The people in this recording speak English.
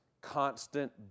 constant